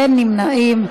אין נמנעים.